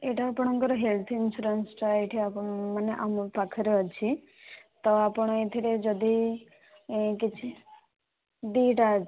ଏଇଟା ଆପଣଙ୍କର health insurance ଟା ଏଇଠି ଆପଣ ମାନେ ଆମ ପାଖରେ ଅଛି ତ ଆପଣ ଏଥିରେ ଯଦି କିଛି ଦୁଇ ଟା ଅଛି